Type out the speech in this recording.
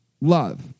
Love